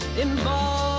involved